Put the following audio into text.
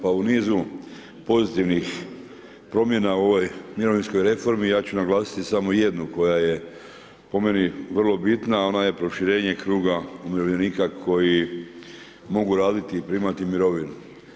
Pa u nizu pozitivnih promjena u ovoj mirovinskoj reformi ja ću naglasiti samo jednu koja je po meni vrlo bitna a ona je proširenje kruga umirovljenika koji mogu raditi i primati mirovinu.